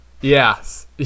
Yes